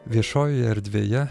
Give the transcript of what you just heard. viešojoje erdvėje